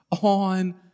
on